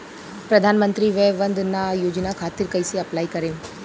प्रधानमंत्री वय वन्द ना योजना खातिर कइसे अप्लाई करेम?